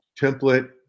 template